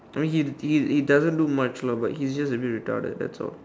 I mean he's he's he doesn't do much lah but he's just really retarded that's all